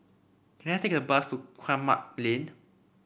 can I take a bus to Kramat Lane